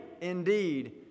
indeed